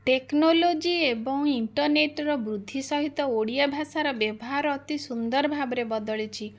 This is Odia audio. ଟେକ୍ନୋଲୋଜି ଏବଂ ଇଣ୍ଟରନେଟ ର ବୃଦ୍ଧି ସହିତ ଓଡ଼ିଆ ଭାଷାର ବ୍ୟବହାର ଅତି ସୁନ୍ଦର ଭାବରେ ବଦଳିଛି